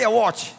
watch